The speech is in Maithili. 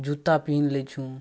जुत्ता पिन्ह लै छी